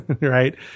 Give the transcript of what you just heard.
right